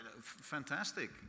Fantastic